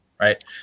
right